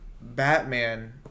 Batman